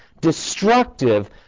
destructive